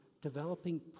developing